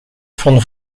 van